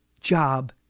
job